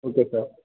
okay sir